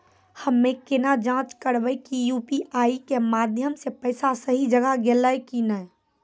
हम्मय केना जाँच करबै की यु.पी.आई के माध्यम से पैसा सही जगह गेलै की नैय?